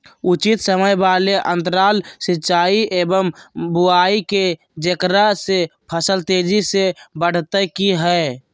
उचित समय वाले अंतराल सिंचाई एवं बुआई के जेकरा से फसल तेजी से बढ़तै कि हेय?